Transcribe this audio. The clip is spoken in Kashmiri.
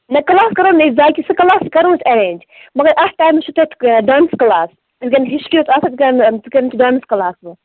نَہ کٕلاس کَرو نہٕ أسۍ ضایعِ کہِ سُہ کٕلاس کَرو أسۍ اَرینج مگر اَتھ ٹایمس چھُ تَتھ ڈانٕس کٕلاس یِِتھہ کَن ہِسٹریُک اوس تِتھہ کَن چھُ ڈانس کٕلاس وون